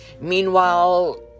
Meanwhile